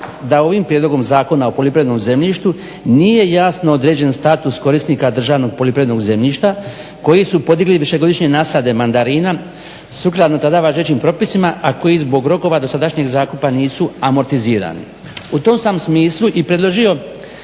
da ovim prijedlogom zakona o poljoprivrednom zemljištu nije jasno određen status korisnika državnog poljoprivrednog zemljišta, koji su podigli više godišnje nasada mandarina sukladno tada važećem propisima a koji zbog rokova dosadašnjeg zakupna nisu amortizirali. U tom sam smislu i predložio